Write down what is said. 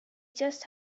just